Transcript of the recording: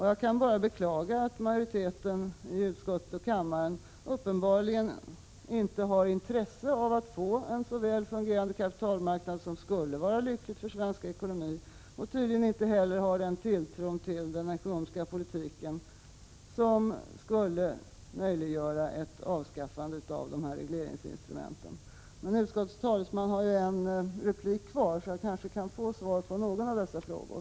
Jag kan bara beklaga att majoriteten i utskottet och i kammaren uppenbarligen inte har intresse av att få en väl fungerande kapitalmarknad som skulle vara lycklig för svensk ekonomi, och tydligen inte heller har den tilltro till den ekonomiska politiken som skulle möjliggöra ett avskaffande av dessa regleringsinstrument. Men utskottets talesman har ju en replik kvar, så jag kanske kan få svar på någon av mina frågor.